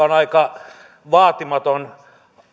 on aika vaatimaton